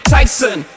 Tyson